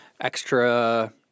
extra